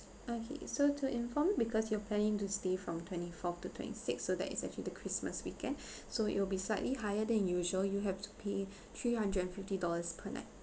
okay so to inform because you're planning to stay from twenty fourth to twenty sixth so that it's actually the christmas weekend so it will be slightly higher than usual you have to pay three hundred and fifty dollars per night